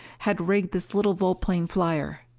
had rigged this little volplane flyer.